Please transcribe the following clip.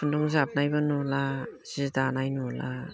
खुन्दुं जाबनायबो नुला जि दानाय नुला